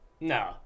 no